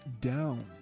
down